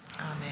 Amen